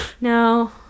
No